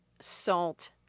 salt